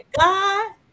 God